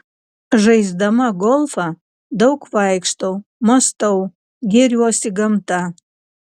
žaisdama golfą daug vaikštau mąstau gėriuosi gamta